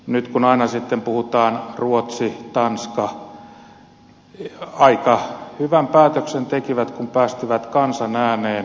nyt kun aina sitten puhutaan ruotsista tanskasta niin aika hyvän päätöksen tekivät kun päästivät kansan ääneen